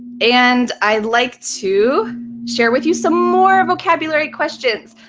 and i'd like to share with you some more vocabulary questions.